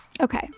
Okay